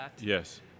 Yes